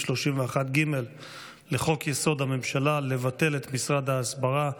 31ג לחוק-יסוד: הממשלה לבטל את משרד ההסברה.